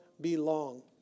belong